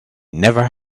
never